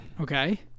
Okay